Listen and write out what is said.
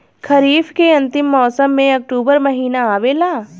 खरीफ़ के अंतिम मौसम में अक्टूबर महीना आवेला?